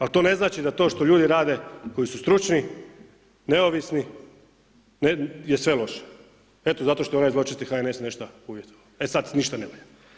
Ali to ne znači da to što ljudi rade koji su stručni, neovisni je sve loše evo zato što je onaj zločesti HNS nešto uvjetovao, e sada ništa ne valja.